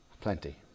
Plenty